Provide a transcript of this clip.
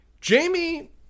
Jamie